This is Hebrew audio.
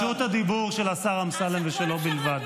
הוא היה צריך לשלם לצה"ל משכורת.